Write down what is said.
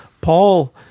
Paul